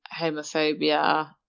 homophobia